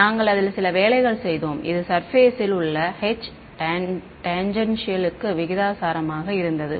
நாங்கள் அதில் சில வேலைகள் செய்தோம் இது சர்பேஸில் உள்ள H டேஜென்ஷியல் க்கு விகிதாசாரமாக இருந்தது